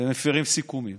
והם מפירים סיכומים